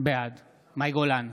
בעד מאי גולן,